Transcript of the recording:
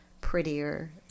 prettier